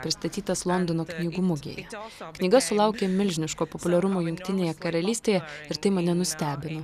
pristatytas londono knygų mugėje knyga sulaukė milžiniško populiarumo jungtinėje karalystėje ir tai mane nustebino